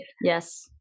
Yes